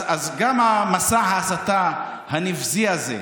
אז גם מסע ההסתה הנבזי הזה.